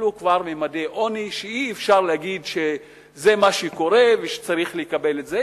אלו כבר ממדי עוני שאי-אפשר להגיד שזה מה שקורה וצריך לקבל את זה,